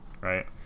right